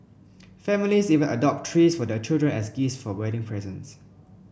families even adopt trees for their children as gifts for wedding presents